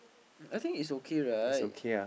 um I think is okay right